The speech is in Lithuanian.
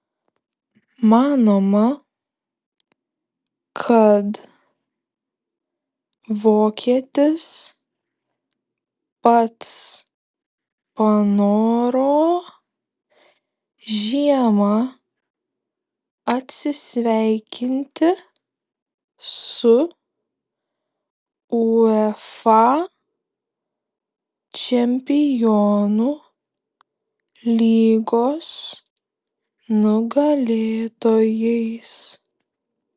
manoma kad vokietis pats panoro žiemą atsisveikinti su uefa čempionų lygos nugalėtojais